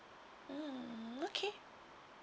mm okay